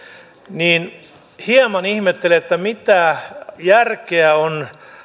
niin hieman ihmettelen mitä järkeä on